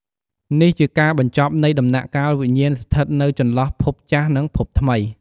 នេះជាការបញ្ចប់នៃ ដំណាក់កាលវិញ្ញាណស្ថិតនៅចន្លោះភពចាស់និងភពថ្មី។